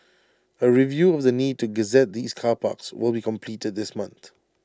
A review of the need to gazette these car parks will be completed this month